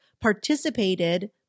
participated